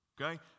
Okay